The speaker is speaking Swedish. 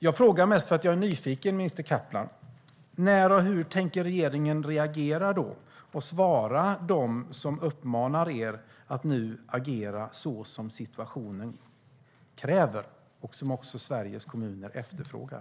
Jag frågar mest för att jag är nyfiken, minister Kaplan: När och hur tänker regeringen reagera och svara dem som uppmanar er att nu agera som situationen kräver och som också Sveriges kommuner efterfrågar?